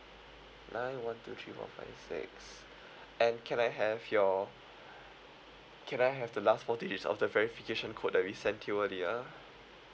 nine one two three four five six and can I have your can I have the last four digits of the verification code that we sent you earlier